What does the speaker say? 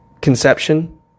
Conception